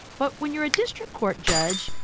but when you're a district court judge,